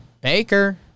Baker